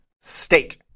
State